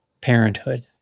parenthood